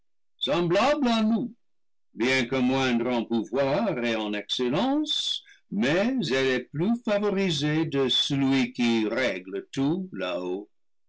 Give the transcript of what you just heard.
bien que moindre en pouvoir et en excellence mais elle est plus favorisée de celui qui règle tout là-haut